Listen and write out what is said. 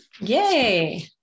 Yay